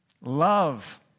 Love